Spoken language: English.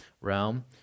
realm